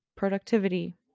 Productivity